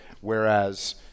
Whereas